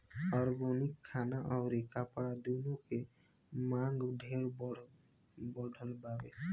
organic खाना अउरी कपड़ा दूनो के मांग ढेरे बढ़ल बावे